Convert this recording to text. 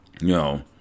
No